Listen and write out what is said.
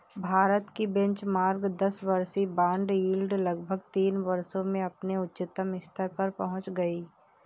भारत की बेंचमार्क दस वर्षीय बॉन्ड यील्ड लगभग तीन वर्षों में अपने उच्चतम स्तर पर पहुंच गई